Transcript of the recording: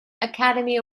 academy